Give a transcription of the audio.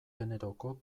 generoko